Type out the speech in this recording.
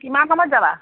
কিমান সময়ত যাবা